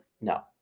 no